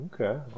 okay